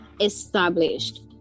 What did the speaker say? established